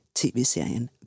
tv-serien